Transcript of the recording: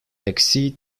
exceed